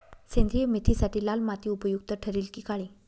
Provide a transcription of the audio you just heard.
सेंद्रिय मेथीसाठी लाल माती उपयुक्त ठरेल कि काळी?